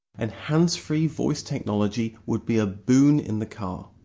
and hands-free voice technology would be a boon in the car.